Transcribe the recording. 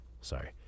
Sorry